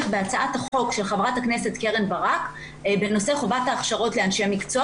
בהצעת החוק של ח"כ קרן ברק בנושא חובת ההכשרות לאנשי מקצוע,